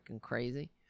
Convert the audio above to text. crazy